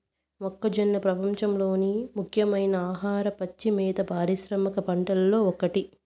మొక్కజొన్న ప్రపంచంలోని ముఖ్యమైన ఆహార, పచ్చి మేత పారిశ్రామిక పంటలలో ఒకటి